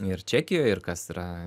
ir čekijoj ir kas yra